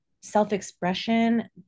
self-expression